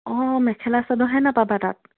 অঁ মেখেলা চাদৰহে নাপাবা তাত